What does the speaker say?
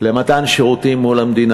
למתן שירותים מול המדינה.